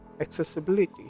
accessibility